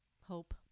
Hope